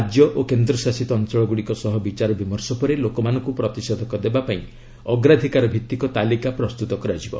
ରାଜ୍ୟ ଓ କେନ୍ଦ୍ରଶାସିତ ଅଞ୍ଚଳଗୁଡ଼ିକ ସହ ବିଚାର ବିମର୍ଷ ପରେ ଲୋକମାନଙ୍କୁ ପ୍ରତିଷେଧକ ଦେବା ପାଇଁ ଅଗ୍ରାଧିକାର ଭିଭିକ ତାଲିକା ପ୍ରସ୍ତୁତ କରାଯିବ